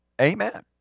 Amen